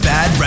Bad